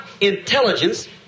intelligence